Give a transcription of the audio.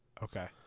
okay